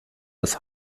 das